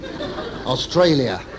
Australia